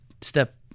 step